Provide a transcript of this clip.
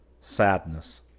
Sadness